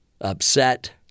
upset